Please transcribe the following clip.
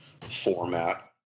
format